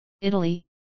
Italy